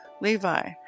Levi